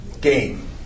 game